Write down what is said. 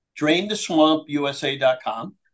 draintheswampusa.com